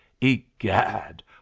egad